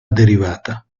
derivata